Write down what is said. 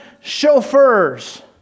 chauffeurs